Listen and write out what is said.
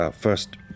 first